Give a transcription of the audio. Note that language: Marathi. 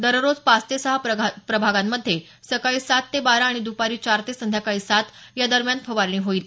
दररोज पाच ते सहा प्रभागांमध्ये सकाळी सात ते बारा आणि दपारी चार ते संध्याकाळी सात या दरम्यान फवारणी होईल